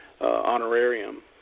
honorarium